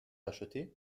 achetées